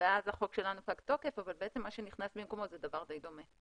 אז החוק שלנו פג תוקף אבל בעצם מה שנכנס במקומו זה דבר די דומה.